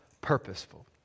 purposeful